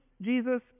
Jesus